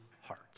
heart